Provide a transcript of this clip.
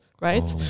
right